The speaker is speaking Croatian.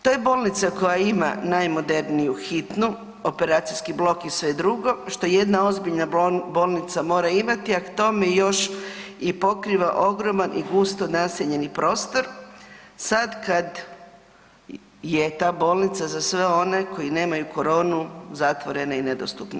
To je bolnica koja ima najmoderniju hitnu, operacijski blok i sve drugo, što jedna ozbiljna bolnica mora imati, a k tome još i pokriva ogroman i gusto naseljeni prostor, sad kad je ta bolnica za sve one koji nemaju koronu zatvorena i nedostupna.